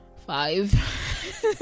five